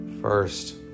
first